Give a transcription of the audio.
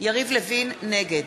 נגד